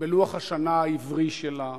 בלוח השנה העברי שלה,